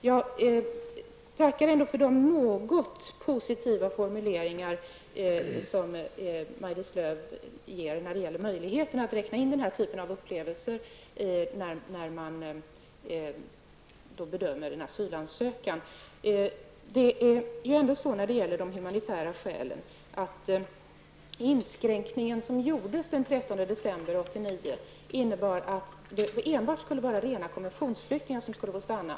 Jag tackar ändå för de något positiva formuleringar som Maj-Lis Lööw ger när det gäller möjligheten att räkna in den här typen av upplevelser vid bedömningen av en asylansökan. 1989 innebar att enbart rena konventionsflyktingar skulle få stanna.